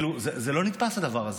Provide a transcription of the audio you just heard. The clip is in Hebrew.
זה לא נתפס הדבר הזה.